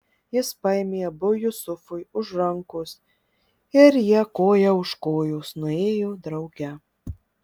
jis paėmė abu jusufui už rankos ir jie koja už kojos nuėjo drauge